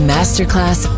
Masterclass